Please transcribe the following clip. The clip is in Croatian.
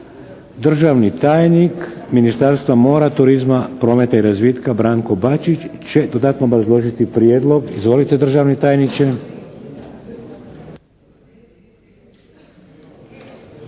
Državni tajnik Ministarstva mora, turizma, prometa i razvitka Branko Bačić će dodatno obrazložiti prijedlog. Izvolite državni tajniče.